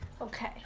Okay